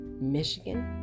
Michigan